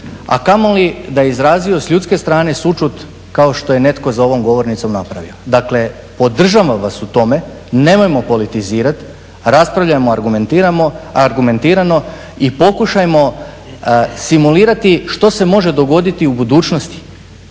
a kamoli da je izrazio s ljudske strane sućut kao što je netko za ovom govornicom napravio. Dakle, podržavam vas u tome, nemojmo politizirati, raspravljamo argumentirano i pokušajmo simulirati što se može dogoditi u budućnosti.